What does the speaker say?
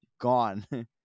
gone